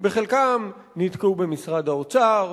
בחלקם נתקעו במשרד האוצר,